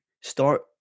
start